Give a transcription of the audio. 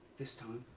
this time.